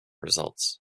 results